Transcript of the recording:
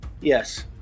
Yes